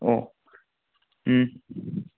ꯑꯣ ꯎꯝ